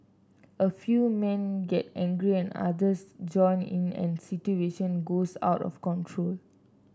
a few men get angry and others join in and situation goes out of control